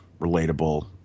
relatable